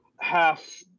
half